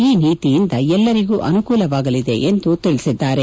ಈ ನೀತಿಯಿಂದ ಎಲ್ಲರಿಗೂ ನುಕೂಲವಾಗಲಿದೆ ಎಂದು ತಿಳಿಸಿದ್ದಾರೆ